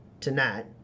tonight